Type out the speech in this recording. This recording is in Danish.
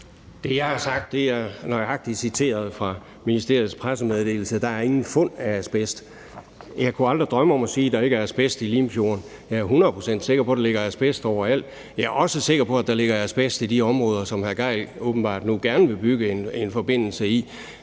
jeg har sagt, er nøjagtig citeret fra ministeriets pressemeddelelse. Der er ingen fund af asbest. Jeg kunne aldrig drømme om at sige, at der ikke er asbest i Limfjorden. Jeg er 100 pct. sikker på, at der ligger asbest overalt. Jeg er også sikker på, at der ligger asbest i de områder, som hr. Torsten Gejl nu åbenbart gerne vil bygge en forbindelse i,